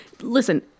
listen